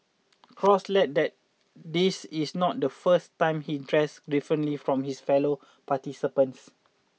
cross let that this is not the first time he dressed differently from his fellow participants